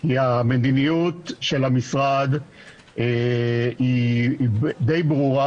כי המדיניות של המשרד היא די ברורה,